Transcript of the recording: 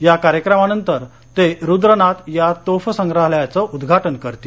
या कार्यक्रमानंतर ते रुद्रनाद या तोफ संग्रहालयाचं उद्घाटन करतील